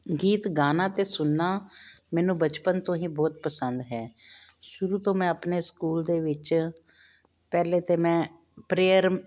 ਗੀਤ ਗਾਣਾ ਅਤੇ ਸੁਣਨਾ ਮੈਨੂੰ ਬਚਪਨ ਤੋਂ ਹੀ ਬਹੁਤ ਪਸੰਦ ਹੈ ਸ਼ੁਰੂ ਤੋਂ ਮੈਂ ਆਪਣੇ ਸਕੂਲ ਦੇ ਵਿੱਚ ਪਹਿਲੇ ਤਾਂ ਮੈਂ ਪ੍ਰੇਅਰ